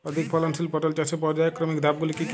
অধিক ফলনশীল পটল চাষের পর্যায়ক্রমিক ধাপগুলি কি কি?